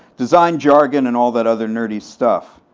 design jargon, and all that other nerdy stuff.